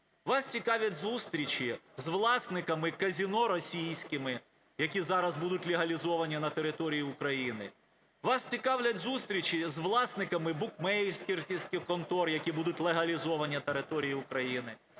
Вас цікавлять зустрічі з власниками казино російськими, які зараз будуть легалізовані на території України. Вас цікавлять зустрічі з власниками букмекерських контор, які будуть легалізовані на території України.